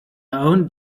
own